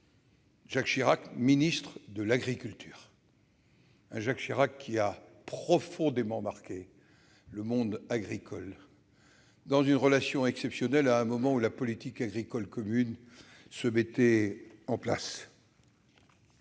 personnelles. Ministre de l'agriculture, Jacques Chirac a profondément marqué le monde agricole, dans une relation exceptionnelle nouée au moment où la politique agricole commune se mettait en place.